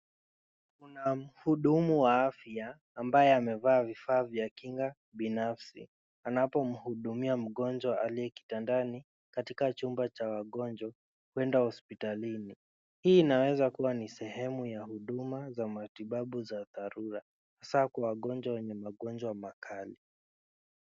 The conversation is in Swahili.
Kuna mhudumu wa afya ambaye amevaa vifaa vya kinga binafsi anapomhudumia mgonjwa aliye kitandani katika chumba cha wagonjwa kwenda hospitalini. Hii inaweza kuwa ni sehemu ya huduma za matibabu za dharura, hasa kwa wagonjwa wenye magonjwa makali.